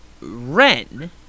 Ren